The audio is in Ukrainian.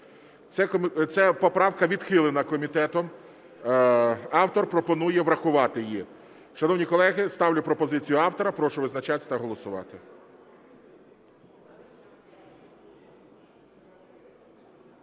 Ця поправка відхилена комітетом. Автор пропонує врахувати її. Шановні колеги, ставлю пропозицію автора. Прошу визначатися та голосувати.